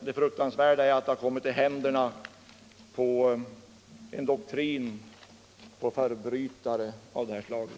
Det fruktansvärda är att det har kommit i händerna på en doktrin, på förbrytare av det här slaget.